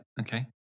okay